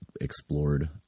explored